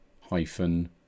hyphen